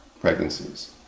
pregnancies